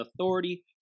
authority